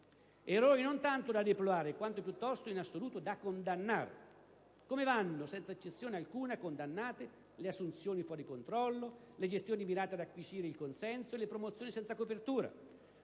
Errori non tanto da deplorare, quanto piuttosto, in assoluto, da condannare. Come vanno, senza eccezione alcuna, condannate le assunzioni fuori controllo, le gestioni mirate ad acquisire il consenso e le promozioni senza copertura: